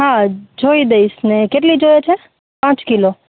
હા જોઈ દઇશ ને કેટલી જોઈએ છે પાંચ કિલો